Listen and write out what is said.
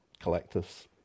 collectives